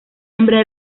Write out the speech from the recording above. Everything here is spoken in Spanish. hembra